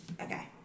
Okay